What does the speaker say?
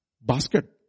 basket